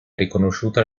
riconosciuta